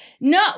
No